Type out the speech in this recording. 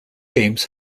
games